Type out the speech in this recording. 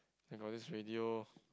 then got this radio